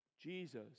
Jesus